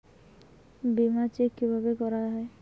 বিমা চেক কিভাবে করা হয়?